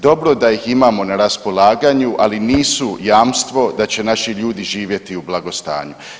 Dobro da ih imamo na raspolaganju, ali nisu jamstvo da će naši ljudi živjeti u blagostanju.